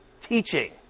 teaching